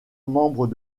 membres